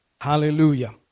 Hallelujah